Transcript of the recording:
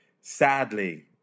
Sadly